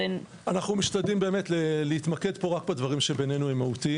אנחנו באמת משתדלים להתמקד פה רק בדברים שהם מהותיים בעינינו.